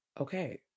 okay